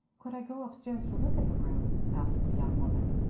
could i go upstairs to look at the room? asked the young woman.